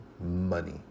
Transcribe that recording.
money